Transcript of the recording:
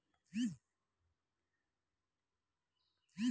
ఆది కాలం నుంచే గొర్రెలు మనిషిచే పెంపకం చేయబడిన పెంపుడు జంతువులు